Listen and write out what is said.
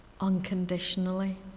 unconditionally